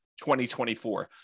2024